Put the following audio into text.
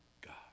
God